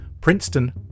Princeton